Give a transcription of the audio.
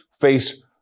faced